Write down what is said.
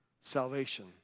salvation